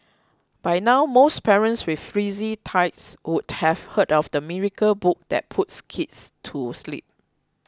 by now most parents with frisky tykes would have heard of the miracle book that puts kids to sleep